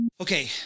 Okay